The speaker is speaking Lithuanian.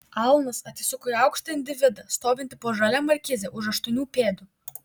alanas atsisuko į aukštą individą stovintį po žalia markize už aštuonių pėdų